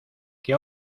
que